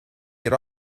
get